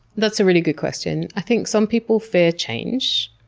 that's a really good question. i think some people fear change.